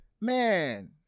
man